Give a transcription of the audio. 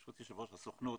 ברשות יושב ראש הסוכנות,